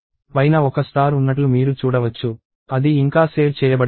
పైన ఒక స్టార్ ఉన్నట్లు మీరు చూడవచ్చు అది ఇంకా సేవ్ చేయబడలేదు